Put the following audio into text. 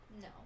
No